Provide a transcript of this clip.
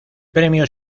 premio